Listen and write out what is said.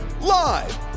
Live